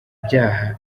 byaha